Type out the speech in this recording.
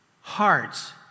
hearts